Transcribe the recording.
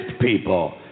people